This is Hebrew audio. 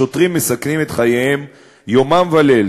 השוטרים מסכנים את חייהם יומם וליל,